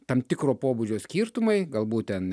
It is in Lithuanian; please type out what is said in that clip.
tam tikro pobūdžio skirtumai galbūt ten